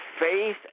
faith